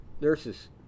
nurses